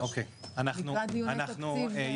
לקראת דיוני התקציב.